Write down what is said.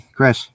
Chris